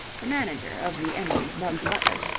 the manager of the eminent bugs butler,